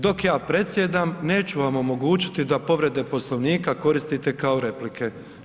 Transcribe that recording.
Dok ja predsjedam neću vam omogućiti da povrede Poslovnika koristite kao replike.